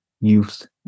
youth